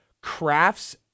crafts